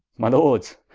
my lords,